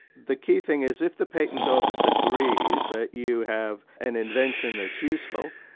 the key thing is if the patent office agrees that you have an invention that's useful,